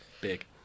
Big